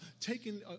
taking